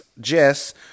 Jess